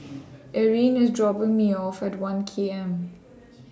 Irene IS dropping Me off At one K M